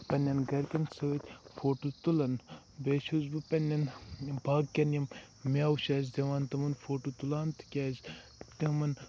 پَننٮ۪ن گرِکین سۭتۍ فوٹو تُلُن بیٚیہِ چھُس بہٕ پَننٮ۪ن یِم باقین یِم میوٕ چھِ اَسہِ دِوان تِمَن فوٹو تُلان تِکیازِ تِمن